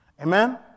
Amen